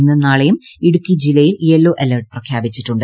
ഇന്നും നാളെയും ഇടുക്കി ജില്ലയിൽ യെല്ലോ അലർട്ട് പ്രഖ്യാപിച്ചിട്ടുണ്ട്